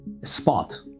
spot